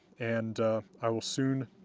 and i will soon